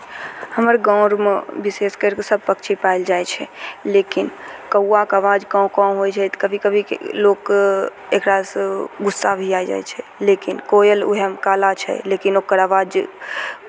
हमर गाँव अरमे विशेष करि कऽ सभ पक्षी पाएल जाइ छै लेकिन कौआके आवाज काँव काँव होइ छै तऽ कभी कभीके लोक एकरासँ गुस्सा भी आइ जाइ छै लेकिन कोयल उएहमे काला छै लेकिन ओकर आवाज